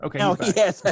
Okay